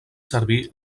servir